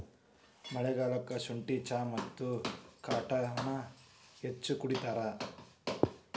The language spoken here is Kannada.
ಮಳಿಗಾಲಕ್ಕ ಸುಂಠಿ ಚಾ ಮತ್ತ ಕಾಡೆನಾ ಹೆಚ್ಚ ಕುಡಿತಾರ